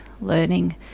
learning